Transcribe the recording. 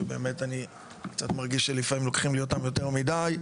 שבאמת אני קצת מרגיש שלפעמים לוקחים לי אותם יותר מידי,